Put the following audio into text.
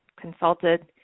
consulted